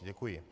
Děkuji.